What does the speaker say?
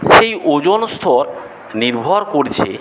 সেই ওজন স্তর নির্ভর করছে